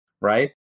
right